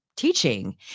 teaching